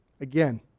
Again